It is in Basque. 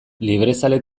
librezale